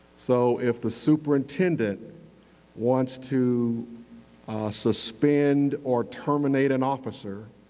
so, if the superintendent wants to suspend or terminate an officer,